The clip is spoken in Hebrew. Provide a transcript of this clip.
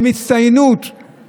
במצוינות,